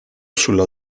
sulla